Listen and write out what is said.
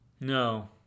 No